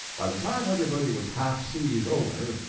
by the time everybody was half-seas over,